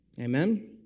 Amen